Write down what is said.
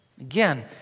Again